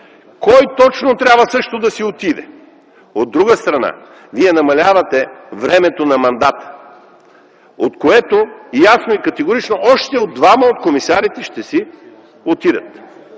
кой точно трябва също да си отиде. От друга страна, вие намалявате времето на мандата, от което ясно и категорично още двама от комисарите ще си отидат.